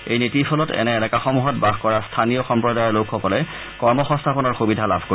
এই নীতিৰ ফলত এনে এলেকাসমূহত বাস কৰা স্থানীয় সম্প্ৰদায়ৰ লোকসকলে কৰ্মসংস্থাপনৰ সুবিধা লাভ কৰিব